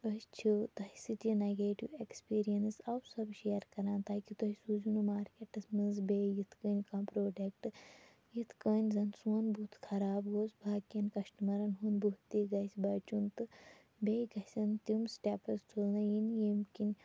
أسۍ چھِ تۄہہِ سۭتۍ یہِ نیٚگیٹِو ایٚکسپیٖریَنس اَوٕ سَبہٕ شِیَر کَران تاکہِ تُہۍ سوٗزِو نہٕ مارکیٚٹَس مَنٛز بیٚیہِ یتھ کَنۍ کانٛہہ پروڈَکٹ یتھ کَنۍ زَن سون بُتھ خَراب گوٚو باقیَن کَسٹَمَرَن ہُنٛد بُتھ تہِ گَژھِ بَچُن تہٕ بیٚیہِ گَژھَن تِم سٹیٚپس تُلنہٕ یِن ییٚمہِ کن